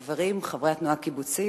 חברים, חברי התנועה הקיבוצית,